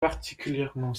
particulièrement